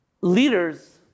leaders